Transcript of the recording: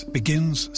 begins